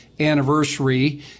anniversary